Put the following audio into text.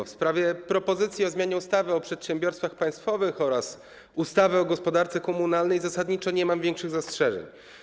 Co do propozycji zmiany ustawy o przedsiębiorstwach państwowych oraz ustawy o gospodarce komunalnej zasadniczo nie mam większych zastrzeżeń.